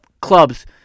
Clubs